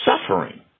suffering